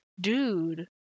dude